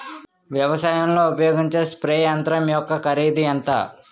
వ్యవసాయం లో ఉపయోగించే స్ప్రే యంత్రం యెక్క కరిదు ఎంత?